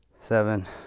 seven